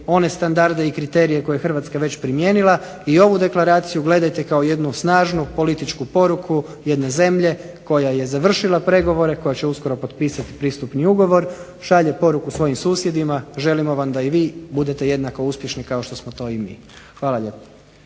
one standarde i kriterije koje je Hrvatska već primijenila i ovu deklaraciju gledajte kao jednu snažnu političku poruku jedne zemlje koja je završila pregovore, koja će uskoro potpisati pristupni ugovor, šalje poruku svojim susjedima želimo vam da i vi budete jednako uspješni kao što smo to i mi. Hvala lijepo.